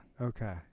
Okay